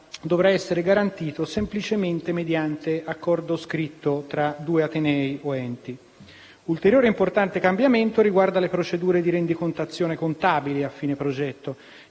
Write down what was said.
dovrà essere garantito semplicemente mediante accordo scritto tra i due atenei o enti. Ulteriore importante cambiamento riguarda le procedure di rendicontazione contabili a fine progetto,